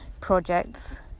projects